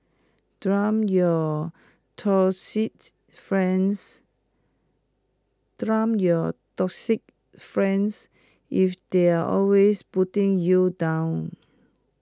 dump your toxic friends dump your toxic friends if they're always putting you down